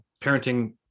Parenting